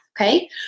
Okay